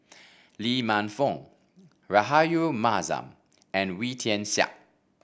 Lee Man Fong Rahayu Mahzam and Wee Tian Siak